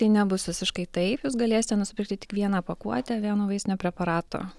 tai nebus visiškai taip jūs galėsite nusipirkti tik vieną pakuotę vieno vaistinio preparato